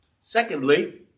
Secondly